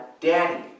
Daddy